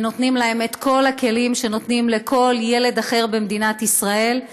ונותנים להם את כל הכלים שנותנים לכל ילד אחר במדינת ישראל,